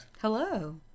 Hello